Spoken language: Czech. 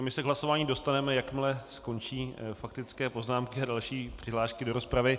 My se k hlasování dostaneme, jakmile skončí faktické poznámky a další přihlášky do rozpravy.